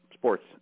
Sports